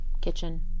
kitchen